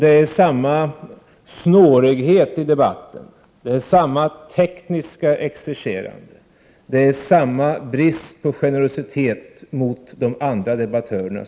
Det är samma snårighet i debatten, samma tekniska exercerande, samma brist på generositet mot de andra debattörerna.